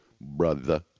brother